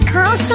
call